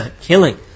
killing